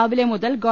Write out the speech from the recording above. രാവിലെ മുതൽ ഗവ